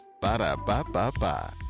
Ba-da-ba-ba-ba